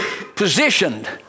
positioned